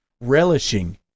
relishing